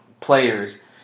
players